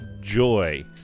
joy